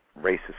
racist